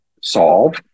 solve